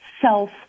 self